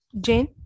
Jane